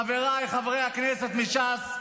חבריי חברי הכנסת מש"ס,